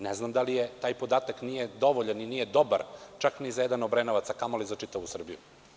Ne znam da li taj podatak nije dovoljan ili nije dobar, čak ni za jedan Obrenovac, a kamo li za čitavu Srbiju.